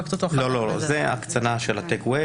לא, זאת הקצנה של המצב.